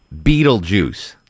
Beetlejuice